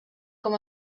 com